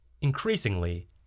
Increasingly